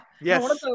Yes